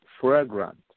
fragrant